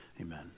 amen